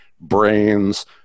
brains